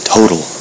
Total